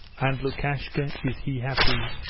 and lukashka, is he happy?